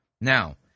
Now